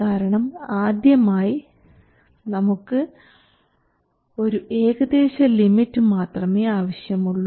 കാരണം ആദ്യമായി നമുക്ക് ഒരു ഏകദേശ ലിമിറ്റ് മാത്രമേ ആവശ്യമുള്ളൂ